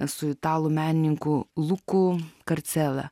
su italų menininku luku karcela